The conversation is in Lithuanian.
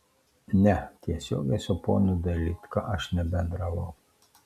ne tiesiogiai su ponu dailydka aš nebendravau